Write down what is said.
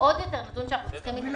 עוד נתון שאנחנו צריכים להתייחס אליו